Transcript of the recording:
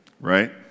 right